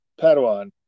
Padawan